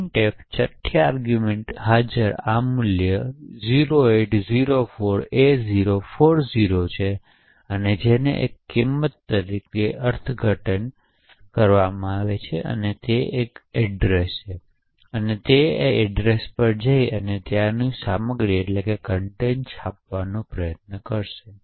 printf છઠ્ઠા argument હાજર આ મૂલ્ય 0804a040 છે કે અને તેથી તે એક તરીકે આ કિંમત અર્થઘટન સરનામું અને તે સરનામાંની સામગ્રીને છાપવાનો પ્રયત્ન કરે છે